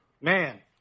Man